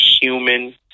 human